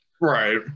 Right